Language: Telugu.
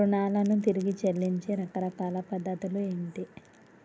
రుణాలను తిరిగి చెల్లించే రకరకాల పద్ధతులు ఏంటి?